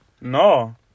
No